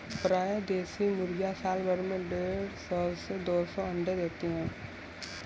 प्रायः देशी मुर्गियाँ साल भर में देढ़ सौ से दो सौ अण्डे देती है